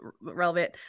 relevant